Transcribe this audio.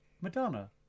Madonna